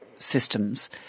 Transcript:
Systems